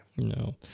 No